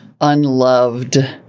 unloved